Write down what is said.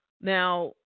Now